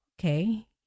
okay